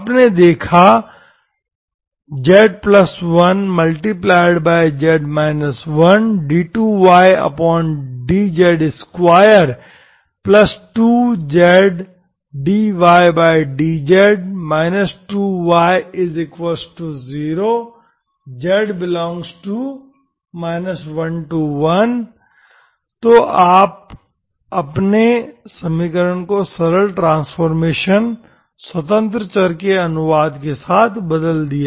आपने देखा z1z 1d2ydz22zdydz 2y0 z∈ 11 तो आपने समीकरण को सरल ट्रांसफॉर्मेशन स्वतंत्र चर के अनुवाद के साथ बदल दिया